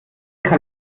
neuen